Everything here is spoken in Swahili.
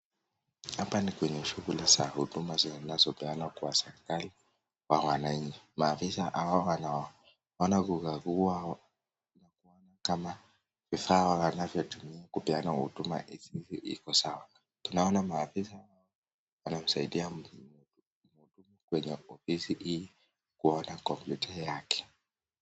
Hapa ni kwenye shughuli za huduma zinazopeanwa kwa serikali kwa wananchi, maafisa hawa wanakagua ili kuona kama vifaa wanavyotumia kupeana huduma hizi iko sawa. Tunaona maafisa wanamsaidia mtu huyo na huduma kwenye ofisi hii kuona kompyuta yake.